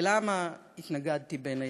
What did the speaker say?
ולמה התנגדתי, בין היתר?